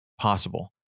possible